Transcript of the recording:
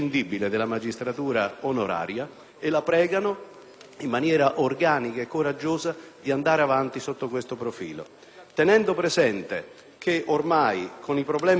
e la pregano, in maniera organica e coraggiosa, di andare avanti sotto questo profilo, tenendo presente che ormai, con i problemi che abbiamo di organico della magistratura,